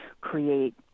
create